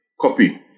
copy